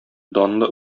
данлы